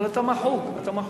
אבל אתה מחוק, מחוק.